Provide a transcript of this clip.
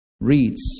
reads